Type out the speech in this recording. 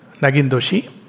Nagindoshi